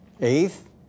Eighth